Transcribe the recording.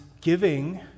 giving